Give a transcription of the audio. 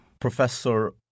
professor